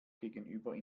gegenüber